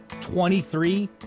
Twenty-three